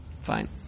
fine